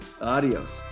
adios